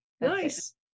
Nice